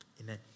Amen